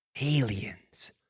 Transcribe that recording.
aliens